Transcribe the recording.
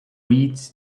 reeds